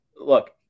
Look